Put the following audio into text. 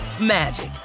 magic